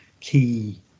key